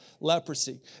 leprosy